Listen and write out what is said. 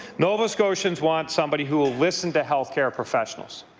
nova scotians want somebody who will listen to health care professionals,